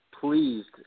pleased